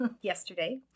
yesterday